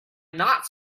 not